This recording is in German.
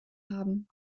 haben